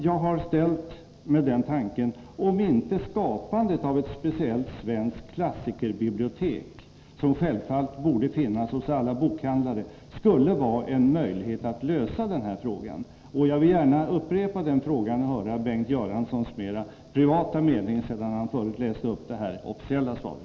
Jag har ställt mig den tanken, om inte skapandet av ett speciellt svenskt klassikerbibliotek, som självfallet borde finnas hos alla bokhandlare, skulle vara en möjlighet att lösa den här frågan. Jag vill gärna upprepa den frågan och höra Bengt Göranssons mera privata mening, sedan han förut läst upp det officiella svaret.